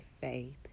faith